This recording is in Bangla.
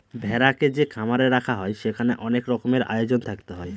ভেড়াকে যে খামারে রাখা হয় সেখানে অনেক রকমের আয়োজন থাকতে হয়